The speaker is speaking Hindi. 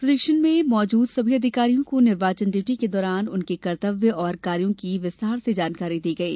प्रशिक्षण में मौजूद सभी अधिकारियों को निर्वाचन ड्यूटी के दौरान उनके कर्तव्य और कार्यो की विस्तार से जानकारी दी गई